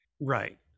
right